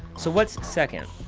so what's second?